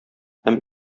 һәм